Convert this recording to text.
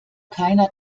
keiner